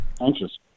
anxious